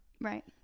Right